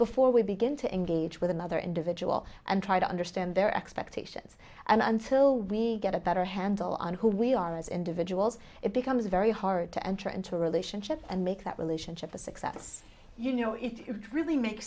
before we begin to engage with another individual and try to understand their xpect it's and until we get a better handle on who we are as individuals it becomes very hard to enter into a relationship and make that relationship a success you know it really make